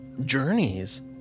journeys